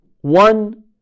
one